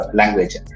language